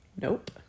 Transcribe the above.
Nope